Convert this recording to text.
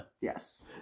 Yes